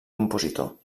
compositor